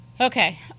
Okay